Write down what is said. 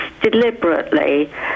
deliberately